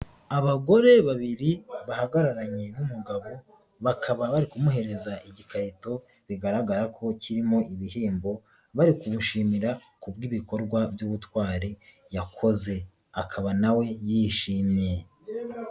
Abagore babiri bahagararanye n'umugabo, bakaba bari kumuhereza igikarito bigaragara ko kirimo ibihembo, bari kumushimira kubw'ibikorwa by'ubutwari yakoze, akaba na we yishimye.